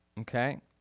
okay